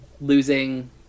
losing